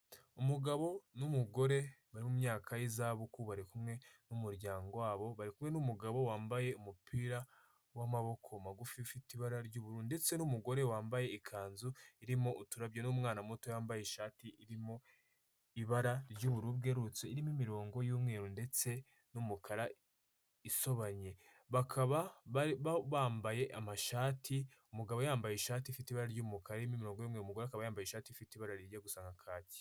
Umugabo n'umugore bari mu myaka y'izabuku bari kumwe n'umuryango wabo kumwe n'umugabo wambaye umupira w'amaboko magufi ufite ibara ry'ubururu ndetse n'umugore wambaye ikanzu irimo uturabyo n'umwana muto wambaye ishati irimo ibara ry'ubururu bwererutse irimo imirongo y'umweru ndetse n'umukara isobanye bakaba bambaye amashati. Umugabo yambaye ishati ifite ibara ry'umukara ririmo imirongo y'umweru umugore akaba yambaye ishati ifite ibara rigiye gusa na kaki.